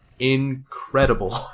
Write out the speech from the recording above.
incredible